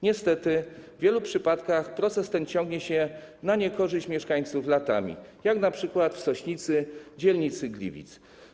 Niestety w wielu przypadkach proces ten ciągnie się na niekorzyść mieszkańców latami, jak np. w Sośnicy, dzielnicy Gliwic.